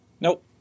Nope